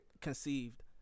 Conceived